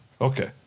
Okay